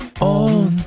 on